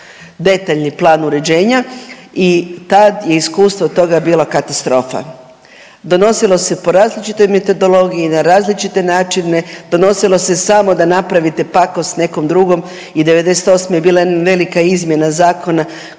Detaljni plan uređenja, i tad je iskustvo toga bila katastrofa. Donosilo se po različitoj metodologiji, na različite načine, donosilo se samo da napravite pakost nekom drugom i '98. je bila velika izmjena zakona